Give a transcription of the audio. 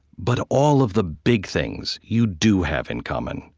but all of the big things you do have in common.